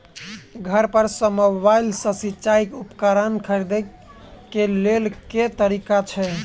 घर पर सऽ मोबाइल सऽ सिचाई उपकरण खरीदे केँ लेल केँ तरीका छैय?